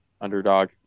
underdog